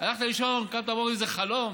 הלכת לישון וקמת בבוקר, איזה חלום?